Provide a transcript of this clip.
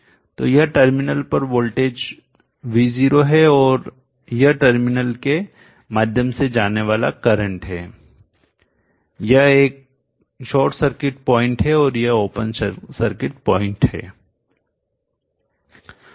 तो यह टर्मिनल पर वोल्टेज V0 है और यह टर्मिनल के माध्यम से जाने वाला करंट है यह एक शॉर्ट सर्किट पॉइंट है और यह ओपन सर्किट पॉइंट है